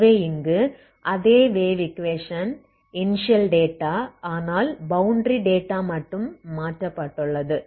ஆகவே இங்கு அதே வேவ் ஈக்வேஷன் இனிஷியல் டேட்டா ஆனால் பௌண்டரி டேட்டா மட்டும் மாற்றப்பட்டுள்ளது